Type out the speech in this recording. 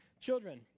Children